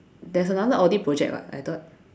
there's another audit project [what] I thought